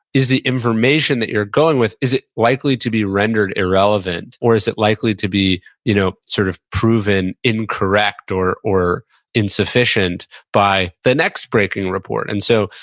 is the information that you're going with, is it likely to be rendered irrelevant? or, is it likely to be you know sort of proven incorrect or or insufficient by the next breaking report? and so,